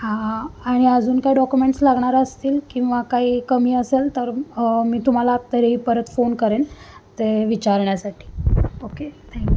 हां आणि अजून काय डॉक्युमेंट्स लागणार असतील किंवा काही कमी असेल तर मी तुम्हाला तरी परत फोन करेन ते विचारण्यासाठी ओके थँक्यू